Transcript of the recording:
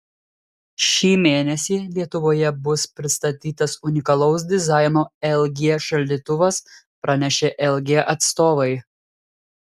šį mėnesį lietuvoje bus pristatytas unikalaus dizaino lg šaldytuvas pranešė lg atstovai